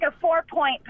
four-point